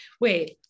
wait